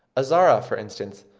azara, for instance,